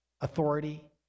authority